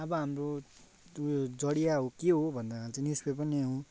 अब हाम्रो उयो जडिया के हो भन्दाखेरि चाहिँ न्युज पेपर नै हो